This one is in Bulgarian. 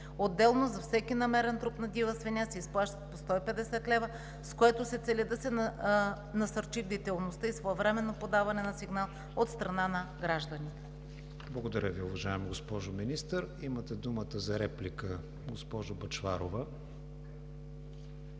Отделно, за всеки намерен труп на дива свиня се изплащат по 150 лв., с което се цели да се насърчи бдителността и своевременно подаване на сигнал от страна на гражданите. ПРЕДСЕДАТЕЛ КРИСТИАН ВИГЕНИН: Благодаря Ви, уважаема госпожо Министър. Имате думата за реплика, госпожо Бъчварова.